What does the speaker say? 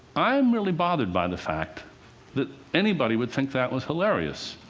i'm really bothered by the fact that anybody would think that was hilarious.